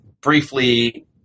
briefly